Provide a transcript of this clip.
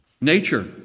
nature